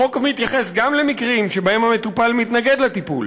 החוק מתייחס גם למקרים שבהם המטופל מתנגד לטיפול,